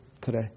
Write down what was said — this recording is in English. today